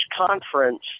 conference